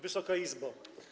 Wysoka Izbo!